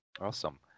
Awesome